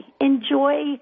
enjoy